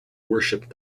worshiped